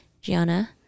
Gianna